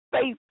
faith